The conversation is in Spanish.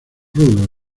rudo